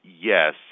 yes